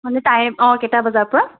মানে টাইম অঁ কেইটা বজাৰপৰা